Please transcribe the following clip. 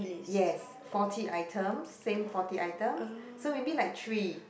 yes forty items same forty items so maybe like three